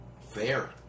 Fair